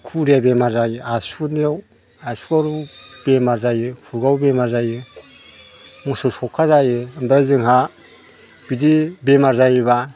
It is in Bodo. खुरिया बेमार जायो आसुगुरनियाव आसुगुराव बेमार जायो खुगायाव बेमार जायो मोसौ सौखा जायो ओमफ्राय जोंहा बिदि बेमार जायोब्ला